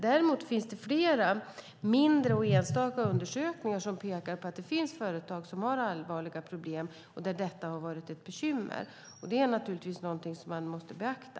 Däremot finns det flera mindre, enstaka undersökningar som pekar på att det finns företag som har allvarliga problem och där detta har varit ett bekymmer, och det är naturligtvis någonting som man måste beakta.